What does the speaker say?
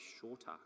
shorter